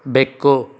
ಬೆಕ್ಕು